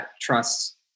trust